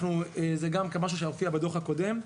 זה גם כן משהו שהופיע בדוח הקודם.